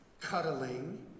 cuddling